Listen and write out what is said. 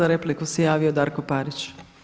Za repliku se javio Darko Parić.